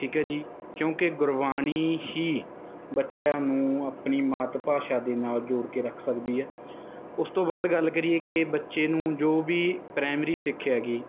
ਠੀਕ ਹੈ ਜੀ ਕਿਉਂਕਿ ਗੁਰਬਾਣੀ ਹੀ ਬੱਚਿਆਂ ਨੂੰ ਆਪਣੀ ਮਾਤ ਭਾਸ਼ਾ ਦੇ ਨਾਲ ਜੋੜ ਕੇ ਰੱਖ ਸਕਦੀ ਹੈ ਉਸ ਤੋਂ ਬਾਅਦ ਗੱਲ ਕਰੀਏ ਕਿ ਬੱਚੇ ਨੂੰ ਜੋ ਵੀ ਪ੍ਰਾਇਮਰੀ ਸਿੱਖਿਆ ਗੀ